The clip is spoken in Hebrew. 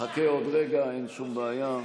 אין שום בעיה.